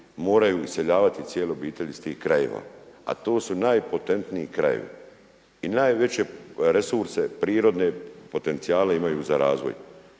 moraju iseljavati i cijele obitelji iz tih krajeva, a to su najpotentniji krajevi i najveće resurse prirodne potencijale imaju za razvoj